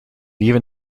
even